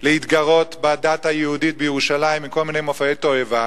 להתגרות בדת היהודית בירושלים עם כל מיני מופעי תועבה,